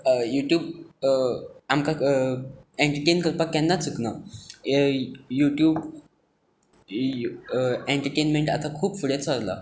YouTube आमकां entertain करपाक केन्नाच चुकना युट्यूब एन्टर्टेन्मॅन्टाचो खूब फुडें चल्ला